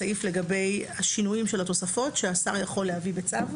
הסעיף לגבי השינויים של התוספות שהשר יכול להביא בצו,